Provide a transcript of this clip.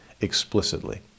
explicitly